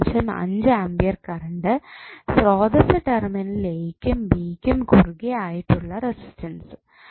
5 ampere current സ്രോതസ്സ് terminal A യ്ക്കും B യ്ക്കും കുറുകെ ആയിട്ടുള്ള റെസിസ്റ്റൻസ്